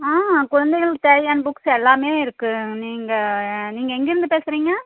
ஆ குழந்தைகளுக்கு தேவையான புக்ஸு எல்லாமே இருக்கு நீங்கள் நீங்கள் எங்கேருந்து பேசுறீங்க